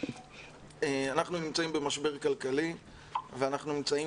אנחנו נמצאים במשבר כלכלי ואנחנו נמצאים